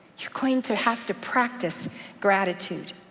you're going to have to practice gratitude.